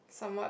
some what